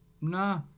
nah